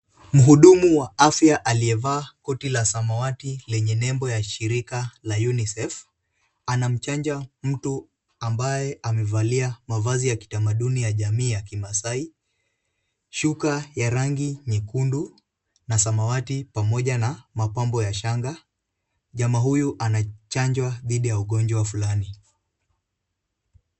Mhudumu wa afya aliyevaa koti la samawati lenye nembo ya shirika la UNICEF . Anamchanja mtu ambaye amevalia mavazi ya kitamaduni ya jamii ya kimaasai, shuka ya rangi nyekundu na samawati pamoja na mapambo ya shanga. Jamaa huyu anachanjwa dhidi ya ugonjwa fulani.